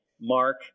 Mark